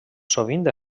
sovint